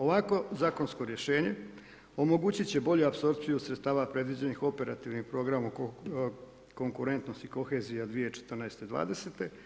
Ovakvo zakonsko rješenje omogućit će bolju apsorpciju sredstava predviđenih operativnim programom konkurentnost i kohezija 2014./2020.